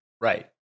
Right